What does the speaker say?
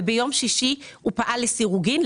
וביום שישי הוא פעל לסירוגין,